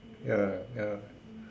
ya ya